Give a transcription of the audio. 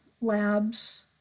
labs